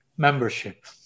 membership